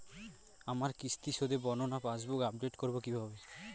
আমার কিস্তি শোধে বর্ণনা পাসবুক আপডেট করব কিভাবে?